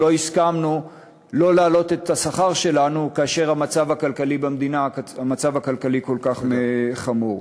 לא הסכמנו לא להעלות את השכר שלנו כאשר המצב הכלכלי במדינה כל כך חמור.